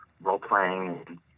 role-playing